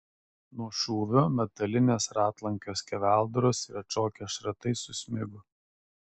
nuo šūvio metalinės ratlankio skeveldros ir atšokę šratai susmigo